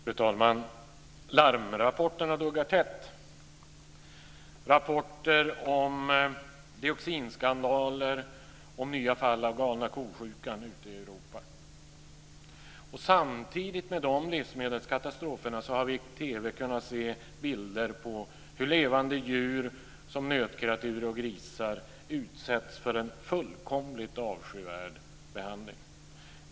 Fru talman! Larmrapporterna duggar tätt. Det är rapporter om dioxinskandaler och nya fall av galna ko-sjukan ute i Europa. Samtidigt med de livsmedelskatastroferna har vi i TV kunnat se bilder av hur levande djur som nötkreatur och grisar utsätts för en fullkomligt avskyvärd behandling.